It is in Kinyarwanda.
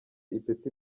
ipeti